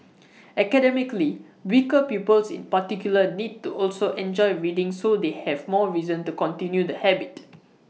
academically weaker pupils in particular need to also enjoy reading so they have more reason to continue the habit